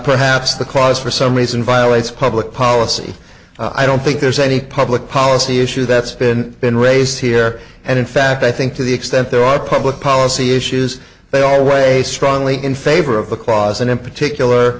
perhaps the clause for some reason violates public policy i don't think there's any public policy issue that's been been raised here and in fact i think to the extent there are public policy issues they always strongly in favor of the clause and in particular